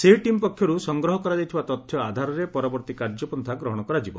ସେହି ଟିମ୍ ପକ୍ଷରୁ ସଂଗ୍ରହ କରାଯାଇଥିବା ତଥ୍ୟ ଆଧାରରେ ପରବର୍ତ୍ତୀ କାର୍ଯ୍ୟପନ୍ତା ଗ୍ରହଶ କରାଯିବ